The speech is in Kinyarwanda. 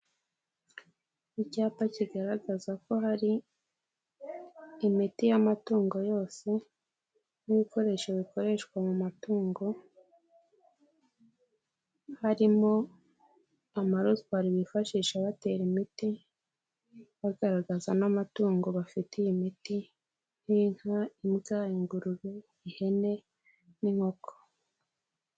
Icyapa kigaragaza ko hari imiti y'amatungo yose n'ibikoresho bikoreshwa mu matungo harimo amarozwari bifashisha batera imiti bagaragaza n'amatungo bafitiye imiti nk'inka, imbwa, ingurube, ihene n'inkoko.